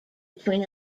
between